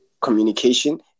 communication